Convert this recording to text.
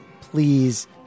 please